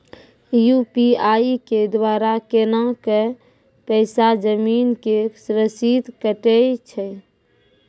UPI के द्वारा केना कऽ पैसा जमीन के रसीद कटैय छै?